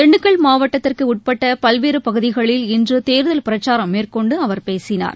திண்டுக்கல் மாவட்டத்திற்கு உட்பட்ட பல்வேறு பகுதிகளில் இன்று தேர்தல் பிரச்சாரம் மேற்கொண்டு அவர் பேசினார்